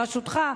בראשותך,